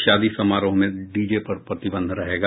शादी समारोह में डीजे पर प्रतिबंध रहेगा